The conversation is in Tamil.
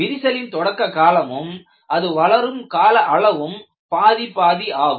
விரிசலின் தொடக்க காலமும் அது வளரும் கால அளவும் பாதி பாதி ஆகும்